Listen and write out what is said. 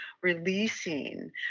releasing